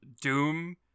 doom